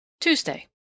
Tuesday